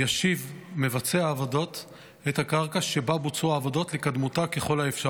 ישיב מבצע העבודות את הקרקע שבה בוצעו העבודות לקדמותה ככל האפשר.